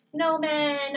snowmen